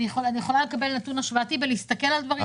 אני יכולה לקבל נתון השוואתי ולהסתכל על דברים.